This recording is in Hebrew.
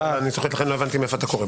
לכן לא הבנתי מהיכן אתה קורא.